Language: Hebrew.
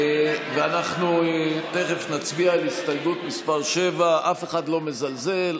ואנחנו תכף נצביע על הסתייגות מס' 7. אף אחד לא מזלזל.